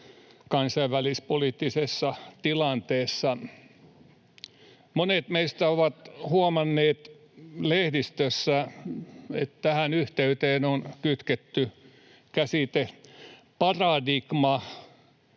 kansainvälispoliittisessa tilanteessa. Monet meistä ovat huomanneet, että lehdistössä tähän yhteyteen on kytketty käsite ”paradigma”,